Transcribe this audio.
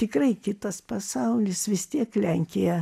tikrai kitas pasaulis vis tiek lenkija